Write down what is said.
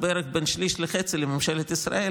אז בערך בין שליש לחצי מממשלת ישראל